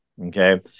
okay